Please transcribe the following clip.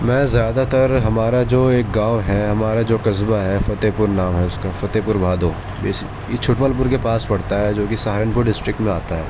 میں زیادہ تر ہمارا جو ایک گاؤں ہے ہمارا جو قصبہ ہے فتح پور نام ہے اس کا فتح پور مادھو اس یہ چھٹمل پور کے پاس پڑتا ہے جو کے سہارنپور ڈسٹرک میں آتا ہے